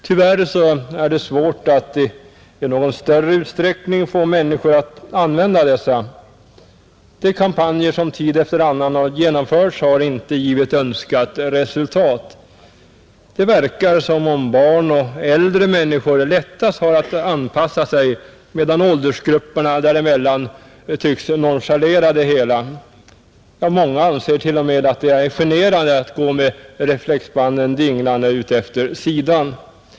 Tyvärr är det svårt att i någon större utsträckning få människor att använda dessa. De kampanjer som tid efter annan har genomförts har inte givit önskat resultat. Det verkar som om barn och äldre människor har lättast att anpassa sig, medan åldersgrupperna däremellan tycks nonchalera det hela. Många anser t.o.m. att det är generande att gå med reflexbanden dinglande utefter sidan.